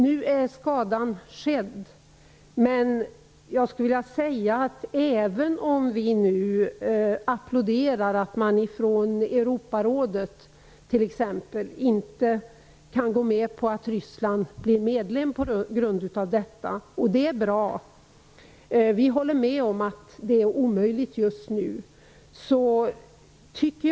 Nu är skadan skedd, även om vi nu applåderar att man från t.ex. Europarådet på den här grunden inte kan gå med på att Ryssland blir medlem. Det är bra. Vi håller med om att det just nu är omöjligt för Ryssland att bli medlem.